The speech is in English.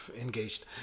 engaged